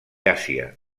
àsia